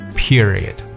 period